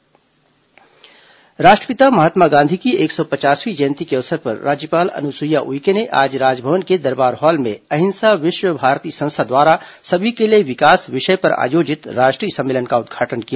राज्यपाल सम्मेलन राष्ट्रपिता महात्मा गांधी की एक सौ पचासवीं जयंती के अवसर पर राज्यपाल अनुसुईया उइके ने आज राजभवन के दरबार हॉल में अहिंसा विश्व भारती संस्था द्वारा सभी के लिए विकास विषय पर आयोजित राष्ट्रीय सम्मेलन का उद्घाटन किया